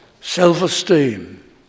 self-esteem